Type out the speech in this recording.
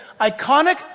iconic